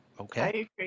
Okay